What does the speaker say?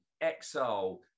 exile